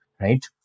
right